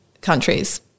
countries